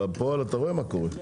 --- בפועל אתה רואה מה קורה.